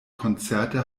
konzerte